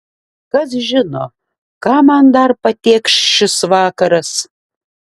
kas žino ką man dar patėkš šis vakaras